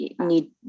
need